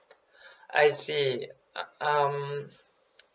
I see uh um